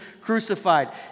crucified